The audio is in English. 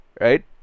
right